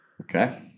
Okay